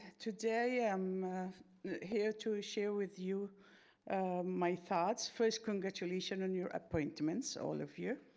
today i'm here to ah share with you my thoughts first, congratulation on your appointments all of you.